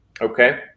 okay